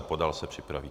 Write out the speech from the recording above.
Podal se připraví.